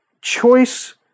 choice